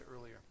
earlier